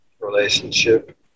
relationship